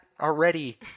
already